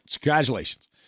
congratulations